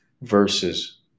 versus